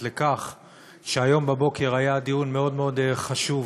לכך שהיום בבוקר היה דיון מאוד מאוד חשוב.